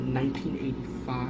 1985